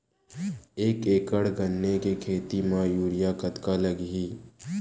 एक एकड़ गन्ने के खेती म यूरिया कतका लगही?